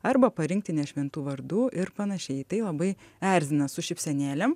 arba parinkti ne šventų vardų ir panašiai tai labai erzina su šypsenėlėm